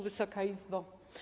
Wysoka Izbo!